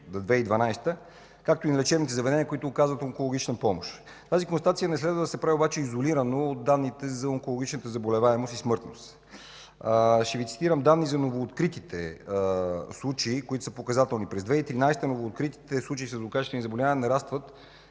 за 2012 г., както и лечебните заведения, които оказват онкологична помощ. Тази констатация не следва да се прави обаче изолирано от данните за онкологичната заболеваемост и смъртност. Ще Ви цитирам данни за новооткритите случаи, които са показателни. През 2013 г. новооткритите случаи със злокачествени заболявания нарастват